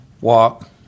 walk